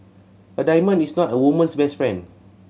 a diamond is not a woman's best friend